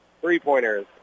three-pointers